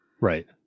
Right